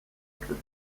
queue